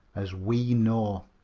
as we know.